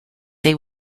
they